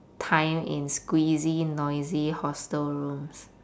time in squeezy noisy hostel rooms